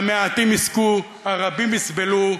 המעטים יזכו, הרבים יסבלו.